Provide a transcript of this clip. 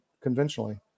conventionally